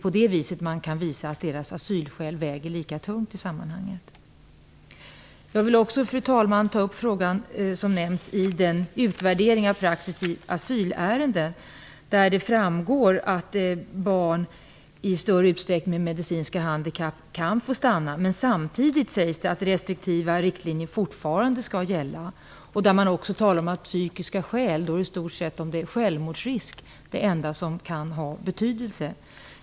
På det sättet kan man visa att deras asylskäl väger lika tungt i sammanhanget. Av utredningen om praxis i asylärenden framgår att barn med medicinska handikapp i större utsträckning kan få stanna. Men samtidigt sägs det att restriktiva riktlinjer fortfarande skall gälla. När det gäller psykiska skäl är i stort sett självmordsrisk det enda som kan ha betydelse.